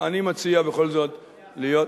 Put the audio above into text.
אני מציע בכל זאת להיות,